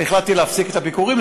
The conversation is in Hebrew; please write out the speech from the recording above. החלטתי להפסיק את הביקורים.